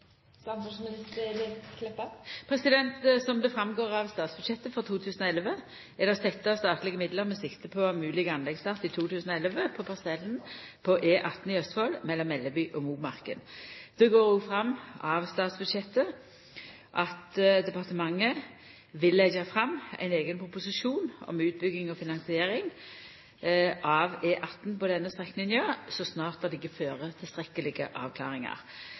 Som det framgår av statsbudsjettet for 2011, er det sett av statlege midlar med sikte på mogleg anleggsstart i 2011 på parsellen Melleby–Momarken på E18 i Østfold. Det går òg fram av statsbudsjettet at departementet vil leggja fram ein eigen proposisjon om utbygging og finansiering av E18 på denne strekninga så snart det